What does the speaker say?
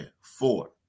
four